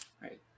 right